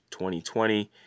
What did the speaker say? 2020